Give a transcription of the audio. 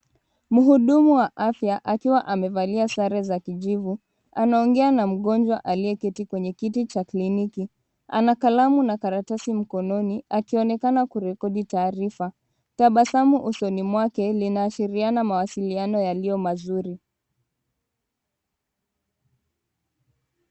Mhudumu wa afya akiwa amevalia sare za kijivu, anaongea na mgonjwa aliyeketi kwenye kiti cha kliniki. Ana kalamu na karatasi mkononi, akionekana kurekodi taarifa. Tabasamu usoni mwake linaashiariana mawasiliano yaliyo mazuri.